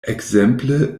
ekzemple